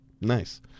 Nice